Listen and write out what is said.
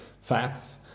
fats